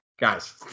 Guys